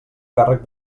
càrrec